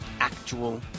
actual